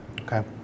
Okay